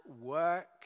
work